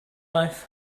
mouth